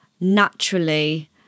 naturally